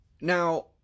now